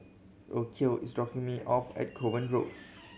Rocio is dropping me off at Kovan Road